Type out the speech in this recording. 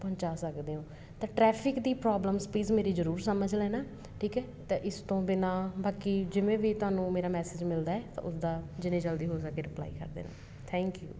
ਪਹੁੰਚਾ ਸਕਦੇ ਹੋ ਤਾਂ ਟਰੈਫਿਕ ਦੀ ਪ੍ਰੋਬਲਮਸ ਪਲੀਜ਼ ਮੇਰੀ ਜ਼ਰੂਰ ਸਮਝ ਲੈਣਾ ਠੀਕ ਹੈ ਤਾਂ ਇਸ ਤੋਂ ਬਿਨਾ ਬਾਕੀ ਜਿਵੇਂ ਵੀ ਤੁਹਾਨੂੰ ਮੇਰਾ ਮੈਸੇਜ ਮਿਲਦਾ ਤਾਂ ਉਸਦਾ ਜਿੰਨੀ ਜਲਦੀ ਹੋ ਸਕੇ ਰਿਪਲਾਈ ਕਰ ਦੇਣਾ ਥੈਂਕ ਯੂ